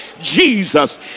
Jesus